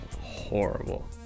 Horrible